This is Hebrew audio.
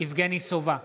יבגני סובה,